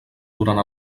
durant